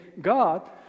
God